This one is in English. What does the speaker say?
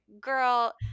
girl